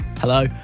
hello